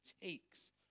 takes